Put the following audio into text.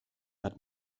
hat